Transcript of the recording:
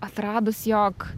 atradus jog